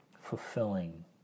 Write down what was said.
fulfilling